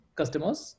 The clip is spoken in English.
customers